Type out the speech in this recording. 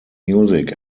music